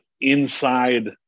inside